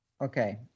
Okay